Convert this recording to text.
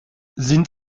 sind